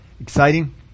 exciting